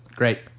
Great